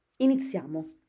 Iniziamo